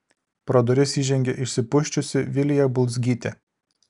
pro duris įžengė išsipusčiusi vilija bulzgytė